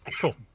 Cool